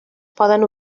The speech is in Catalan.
poden